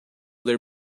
there